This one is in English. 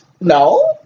No